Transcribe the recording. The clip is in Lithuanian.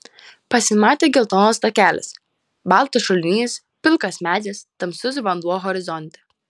pasimatė geltonas takelis baltas šulinys pilkas medis tamsus vanduo horizonte